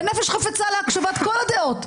בנפש חפצה להקשבת כל הדעות,